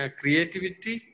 creativity